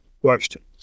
questions